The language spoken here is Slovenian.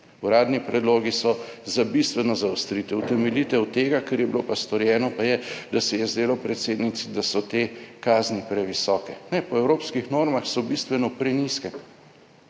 Uradni predlogi so za bistveno zaostritev, utemeljitev tega, kar je bilo pa storjeno pa je, da se je zdelo predsednici, da so te kazni previsoke. Ne, po evropskih normah so bistveno prenizke.